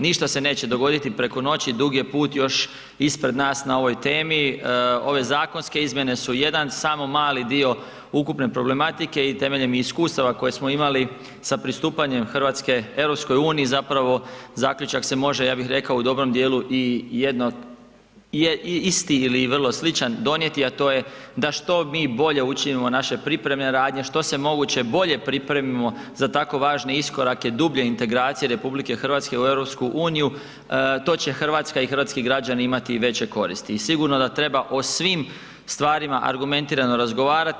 Ništa se neće dogoditi preko noći, dug je put još ispred nas na ovoj temi, ove zakonske izmjene su jedan samo mali dio ukupne problematike i temeljem iskustava koje smo imali sa pristupanjem Hrvatske EU-u, zapravo zaključak se može, ja bi rekao u dobrom djelu isti ili vrlo sličan donijeti a to je da što mi bolje učinimo naše pripremne radnje, što se moguće bolje pripremimo za tako važne iskorake, dublje integracije RH u EU-u, to će Hrvatska i hrvatski građani imati veće koristi i sigurno da treba o svim stvarima argumentirano razgovarati.